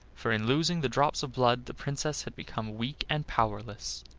for in losing the drops of blood the princess had become weak and powerless.